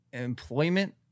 employment